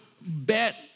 bet